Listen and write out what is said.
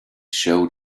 show